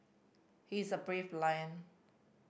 he is a brave lion